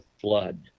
flood